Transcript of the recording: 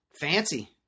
Fancy